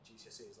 GCSEs